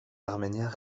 arméniens